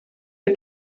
had